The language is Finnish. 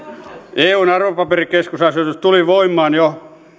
eun arvopaperikeskusasetus tuli voimaan jo